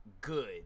good